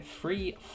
free